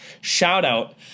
shout-out